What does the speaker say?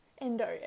endo